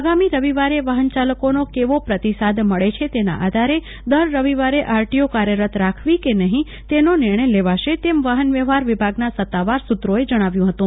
આગામી રવિવારે વાહનચાલકોનો કેવો પ્રતિસાંદ મળે છે તેના આધારે દર રવિવારે આરટીઓ કાર્યરત રાખવી કે નહીં તેનો નિર્ણય લેવાશે તેમ વાહન વ્યવહાર વિભાગના સત્તાવાર સૂત્રોએ જણાવ્યું હતું